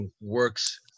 works